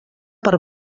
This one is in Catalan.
per